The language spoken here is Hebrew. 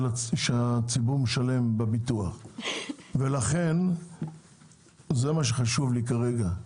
שהציבור ישלם בביטוח ולכן זה מה שחשוב לי כרגע,